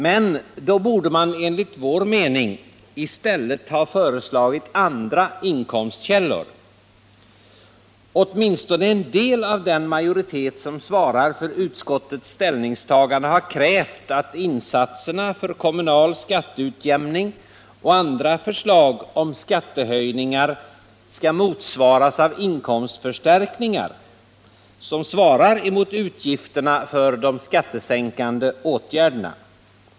Men då borde man enligt vår mening i stället ha föreslagit andra inkomstkällor. Åtminstone en del av den majoritet som svarar för utskottets ställningstagande har krävt att insatserna för kommunal skatteutjämning och andra förslag om skattesänkningar skall åtföljas av inkomstförstärkningar som motsvarar utgifterna för de skattesänkande åtgärderna.